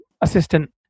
assistant